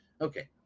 Okay